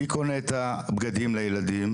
מי קונה את הבגדים לילדים?